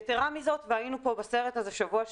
יתרה מזאת, היינו בסרט הזה בשבוע שעבר,